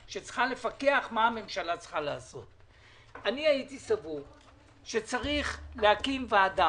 שצריך להקים ועדה שתורכב ממנכ"לי המשרדים ושתביא לכאן תוצאות,